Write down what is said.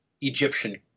Egyptian